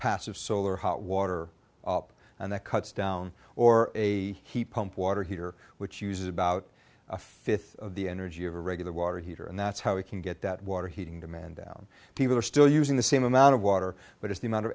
passive solar hot water up and that cuts down or a heat pump water heater which uses about a fifth of the energy of a regular water heater and that's how we can get that water heating demand down people are still using the same amount of water but it's the amount of